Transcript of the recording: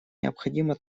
необходимо